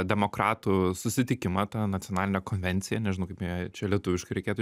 demokratų susitikimą tą nacionalinę konvenciją nežinau kaip ją čia lietuviškai reikėtų